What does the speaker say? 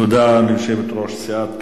תודה ליושבת-ראש סיעת קדימה,